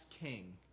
king